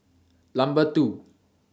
Number two